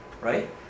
right